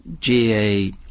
GA